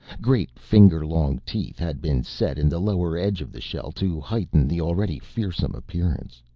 great, finger-long teeth had been set in the lower edge of the shell to heighten the already fearsome appearance.